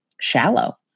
shallow